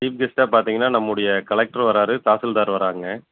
chief கெஸ்ட்டாக பார்த்திங்கன்னா நம்முளுடைய கலட்ரு வராரு தாசில்தார் வராருங்க